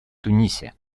тунисе